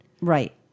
right